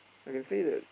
I can say that